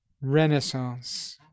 Renaissance